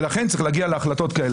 ולכן צריך להגיע להחלטות כאלה.